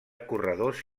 corredors